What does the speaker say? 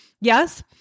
yes